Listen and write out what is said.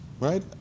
right